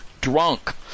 drunk